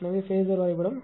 எனவே ஃபேஸர் வரைபடம்